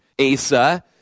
Asa